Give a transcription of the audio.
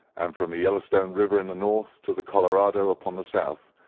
and from the yellowstone river in the north to the colorado upon the south,